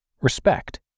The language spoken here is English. respect